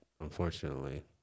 Unfortunately